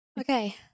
okay